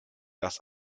das